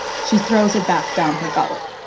she throws it back down her gullet.